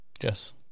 Yes